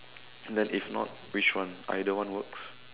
then if not which one either one works